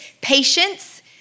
patience